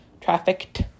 Trafficked